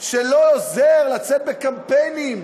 שלא עוזר לצאת בקמפיינים